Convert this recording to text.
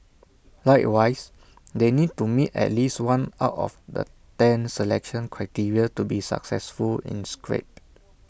likewise they need to meet at least one out of the ten selection criteria to be successfully inscribed